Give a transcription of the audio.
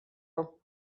them